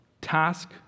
task